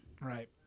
Right